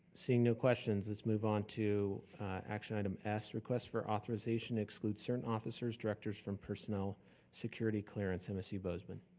seeing no questions, let's move on to action item s, request for authorization to exclude certain officers, directors from personnel security clearance, and msu bozeman.